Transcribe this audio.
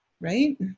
right